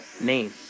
name